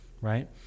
right